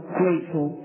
grateful